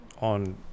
on